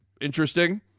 interesting